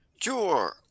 Sure